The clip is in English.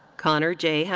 conner j.